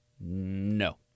No